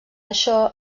això